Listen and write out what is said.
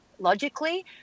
logically